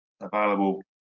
available